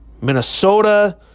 Minnesota